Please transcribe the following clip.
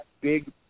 big